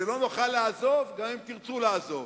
שלא נוכל לעזוב גם אם תרצו לעזוב.